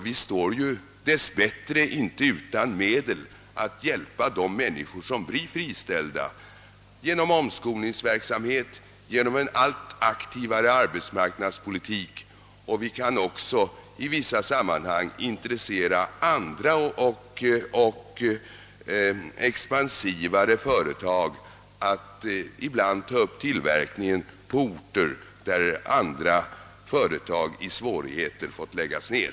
Vi står dess bättre inte utan medel att hjälpa de människor som blir friställda. Vi kan hjälpa dem genom omskolningsverksamhet och genom en aktivare arbetsmarknadspolitik. Vi kan också i vissa sammanhang intressera andra och mera expansiva företag att ta upp tillverkning på orter där företag i svårigheter fått läggas ned.